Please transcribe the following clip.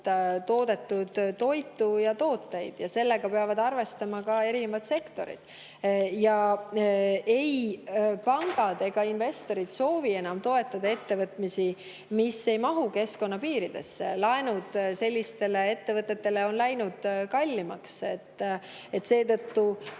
toodetud toitu ja tooteid. Sellega peavad erinevad sektorid arvestama. Ei pangad ega investorid soovi enam toetada ettevõtmisi, mis ei mahu keskkonna[hoiu] piiridesse. Laenud sellistele ettevõtetele on läinud kallimaks. Seetõttu